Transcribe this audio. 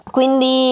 Quindi